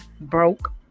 broke